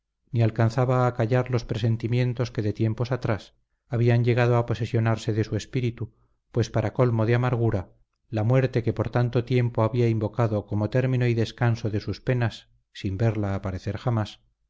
ni alcanzaba a acallar los presentimientos que de tiempos atrás habían llegado a posesionarse de su espíritu pues para colmo de amargura la muerte que por tanto tiempo había invocado como término y descanso de sus penas sin verla aparecer jamás